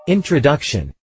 Introduction